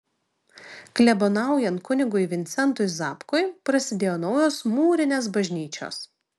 klebonaujant kunigui vincentui zapkui prasidėjo naujos mūrinės bažnyčios